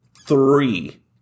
three